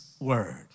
word